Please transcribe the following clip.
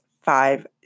five